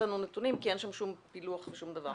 לנו נתונים כי אין שם שום פילוח ושום דבר.